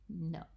no